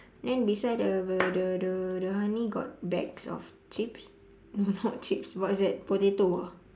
then beside the the the the the honey got bags of chips not chips what is that potato ah